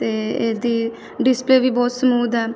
ਅਤੇ ਇਹਦੀ ਡਿਸਪਲੇਅ ਵੀ ਬਹੁਤ ਸਮੂਦ ਹੈ